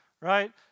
Right